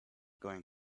going